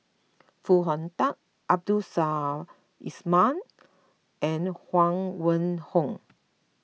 Foo Hong Tatt Abdul Samad Ismail and Huang Wenhong